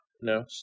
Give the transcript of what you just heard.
No